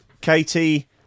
Katie